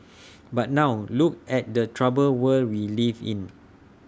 but now look at the troubled world we live in